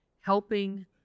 helping